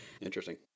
Interesting